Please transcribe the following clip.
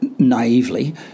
naively